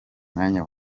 mwanya